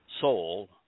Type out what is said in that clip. soul